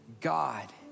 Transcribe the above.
God